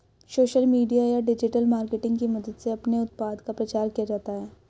social media या digital marketing की मदद से अपने उत्पाद का प्रचार किया जाता है